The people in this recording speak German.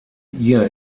ihr